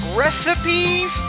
recipes